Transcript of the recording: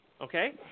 Okay